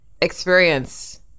experience